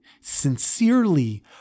sincerely